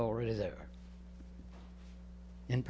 already there in